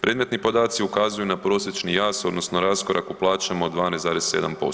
Predmetni podaci ukazuju na prosječni jaz odnosno raskorak u plaćama od 12,7%